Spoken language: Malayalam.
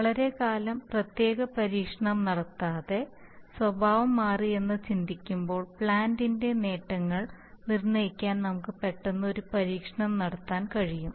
വളരെക്കാലം പ്രത്യേക പരീക്ഷണം നടത്താതെ സ്വഭാവം മാറി എന്ന് ചിന്തിക്കുമ്പോൾ പ്ലാൻറ് ഇനൻറ നേട്ടങ്ങൾ നിർണ്ണയിക്കാൻ നമുക്ക് പെട്ടെന്ന് ഒരു പരീക്ഷണം നടത്താൻ കഴിയും